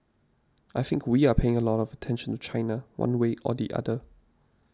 I think we are paying a lot of attention to China one way or the other